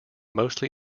mostly